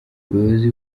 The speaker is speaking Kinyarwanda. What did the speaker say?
ubuyobozi